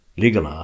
legal